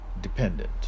dependent